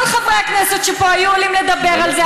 כל חברי הכנסת שפה היו עולים לדבר על זה,